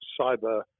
cyber